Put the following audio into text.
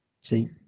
See